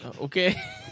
okay